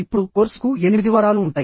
ఇప్పుడు కోర్సుకు 8 వారాలు ఉంటాయి